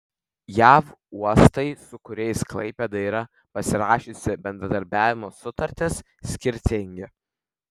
jav uostai su kuriais klaipėda yra pasirašiusi bendradarbiavimo sutartis skirtingi